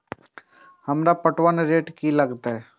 हमरा पटवन रेट की लागते?